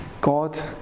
God